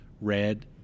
red